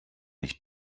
nicht